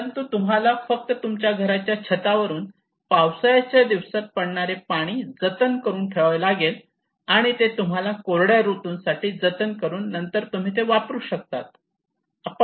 परंतु तुम्हाला फक्त तुमच्या घराच्या छतावरून पावसाळ्याच्या दिवसात पडणारे पाणी जतन करून ठेवावे लागेल आणि ते तुम्हाला कोरड्या ऋतूसाठी जतन करून नंतर तुम्ही ते वापरू शकता